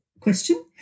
question